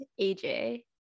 AJ